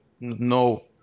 no